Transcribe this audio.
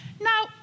Now